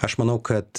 aš manau kad